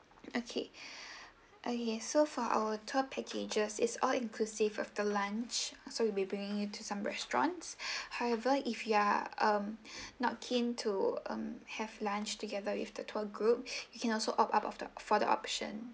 okay okay so for our tour packages is all inclusive of the lunch so we'll be bringing you to some restaurants however if you are mm not keen to mm have lunch together with the tour group you can also opt out of the for the option